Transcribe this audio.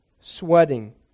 sweating